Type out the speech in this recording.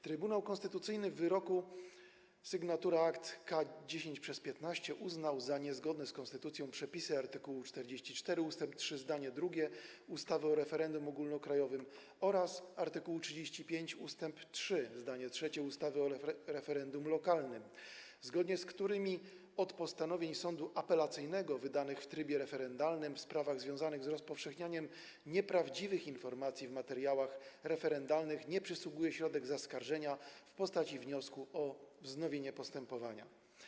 Trybunał Konstytucyjny w wyroku sygn. akt K 10/15 uznał za niezgodne z konstytucją przepisy art. 44 ust. 3 zdanie drugie ustawy o referendum ogólnokrajowym oraz art. 35 ust. 3 zdanie trzecie ustawy o referendum lokalnym, zgodnie z którymi od postanowień sądu apelacyjnego wydanych w trybie referendalnym w sprawach związanych z rozpowszechnianiem nieprawdziwych informacji w materiałach referendalnych nie przysługuje środek zaskarżenia w postaci wniosku o wznowienie postępowania.